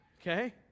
okay